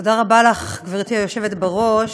תודה רבה לך, גברתי היושבת בראש.